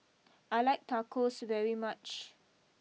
I like Tacos very much